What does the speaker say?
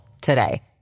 today